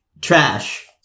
trash